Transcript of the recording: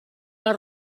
les